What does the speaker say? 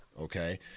okay